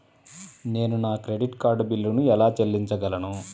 నేను నా credit card బిల్లును ఎలా చెల్లించగలను?